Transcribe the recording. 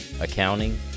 accounting